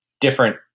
different